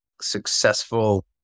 successful